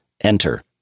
enter